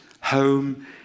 home